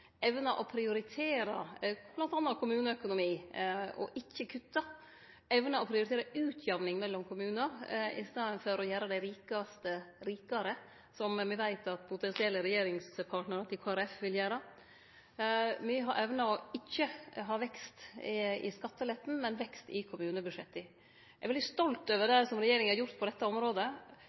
evna å ikkje ha vekst i skatteletten, men vekst i kommunebudsjetta. Eg er veldig stolt over det regjeringa har gjort på dette området,